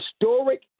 historic